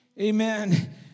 Amen